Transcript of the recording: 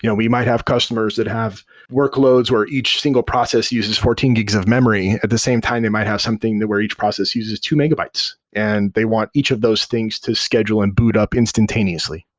you know we might have customers that have workloads, where each single process uses fourteen gigs of memory. at the same time, they might have something that where each process uses two megabytes and they want each of those things to schedule and boot up instantaneously.